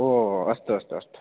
ओ अस्तु अस्तु अस्तु